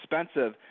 expensive